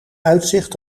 uitzicht